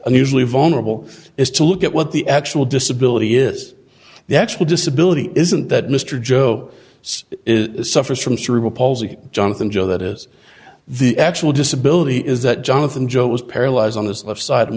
unusually vulnerable is to look at what the actual disability is the actual disability isn't that mr joe is suffers from cerebral palsy jonathan joe that is the actual disability is that jonathan joe was paralyzed on the left side and